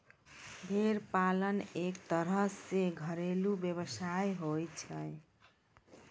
भेड़ पालन एक तरह सॅ घरेलू व्यवसाय होय छै